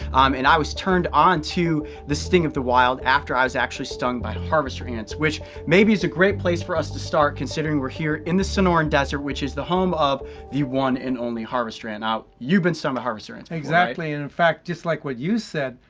and i was turned onto the sting of the wild after i was actually stung by harvester ants. which, maybe is a great place for us to start, considering we're here in the sonoran desert which is the home of the one and only harvester ant. now you've been stung by harvester ants. exactly, and in fact, just like what you said,